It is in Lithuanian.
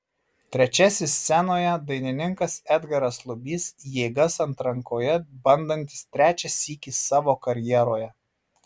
trečiasis scenoje dainininkas edgaras lubys jėgas atrankoje bandantis trečią sykį savo karjeroje